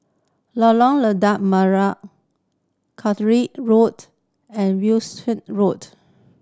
Lorong Lada Merah Caterick Road and Wishart Road